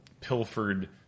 pilfered